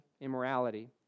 immorality